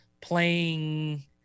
playing